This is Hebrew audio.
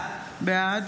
בעד